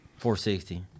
460